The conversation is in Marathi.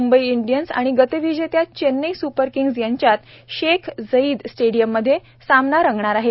मुंबई इंडियन्स आणि गतविजेत्या चेन्नई स्पर किंग्ज यांच्यात शेख झईद स्टेडियममधे रंगणार आहे